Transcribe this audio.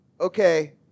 okay